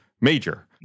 major